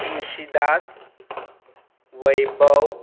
Tulsidas Vaibhav